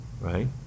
right